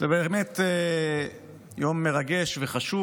זה באמת יום מרגש וחשוב,